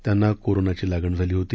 त्यांना कोरोनाची लागण झाली होती